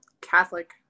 Catholic